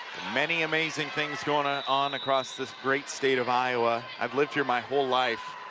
many amazing things going ah on across this great state of iowa i've lived here my whole life.